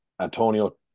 Antonio